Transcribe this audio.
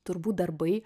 turbūt darbai